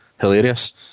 hilarious